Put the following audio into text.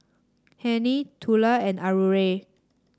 Hennie Tula and Aurore